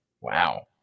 wow